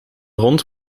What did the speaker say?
hond